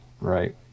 right